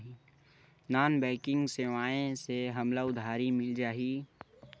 Non banking सेवाएं से हमला उधारी मिल जाहि?